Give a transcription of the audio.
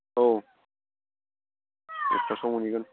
औ एकथासोआव मोनहैगोन